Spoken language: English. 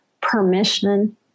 permission